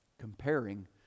comparing